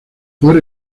por